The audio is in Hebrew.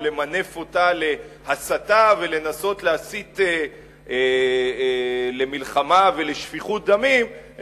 ולמנף אותה להסתה ולנסות להסית למלחמה ולשפיכות דמים,